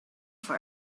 for